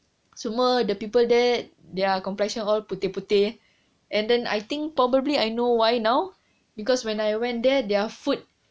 semua the people there their are complexion all putih-putih and then I think probably I know why now because when I went there their food